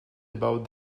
about